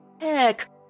heck